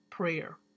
Prayer